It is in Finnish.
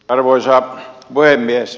arvoisa puhemies